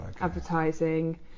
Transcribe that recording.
advertising